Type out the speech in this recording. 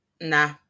Nah